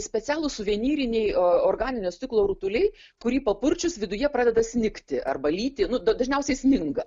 specialūs suvenyriniai organinio stiklo rutuliai kurį papurčius viduje pradeda snigti arba lyti nu dažniausiai sninga